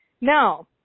Now